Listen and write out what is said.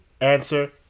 answer